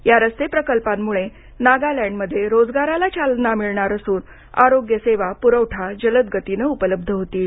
या रस्ते प्रकल्पामुळे नागालँडमध्ये रोजगाराला चालना मिळणार असून आरोग्य सेवा पुरवठा यांच्या जलदगतीनं उपलब्ध होतील